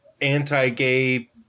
anti-gay